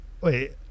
wait